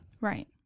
Right